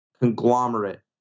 conglomerate